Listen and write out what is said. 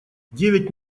девять